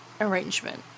arrangement